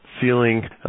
feeling